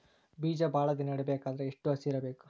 ಬೇಜ ಭಾಳ ದಿನ ಇಡಬೇಕಾದರ ಎಷ್ಟು ಹಸಿ ಇರಬೇಕು?